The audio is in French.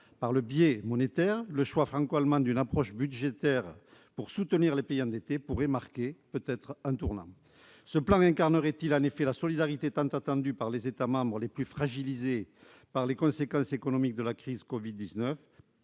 par le biais monétaire. Le choix franco-allemand d'une approche budgétaire pour soutenir les pays endettés pourrait marquer un tournant. Ce plan traduit-il la solidarité tant attendue par les États membres les plus fragilisés par les conséquences économiques de la crise du Covid-19 ?